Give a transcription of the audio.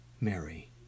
Mary